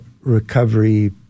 recovery